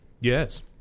Yes